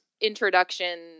introduction